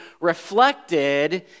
reflected